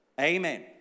Amen